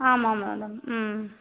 ஆமாம் ஆமாம் ஆமாம் ம்